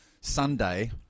Sunday